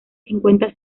cincuenta